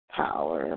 power